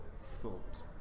thought